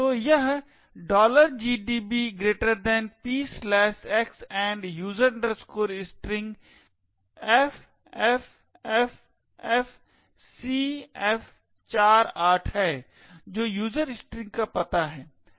तो यह gdbpxuser string ffffcf48 है जो user string का पता है ठीक